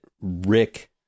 Rick